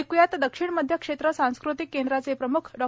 एक्यात दक्षिण मध्य क्षेत्र संस्कृतिक केंद्राचे प्रम्ख डॉ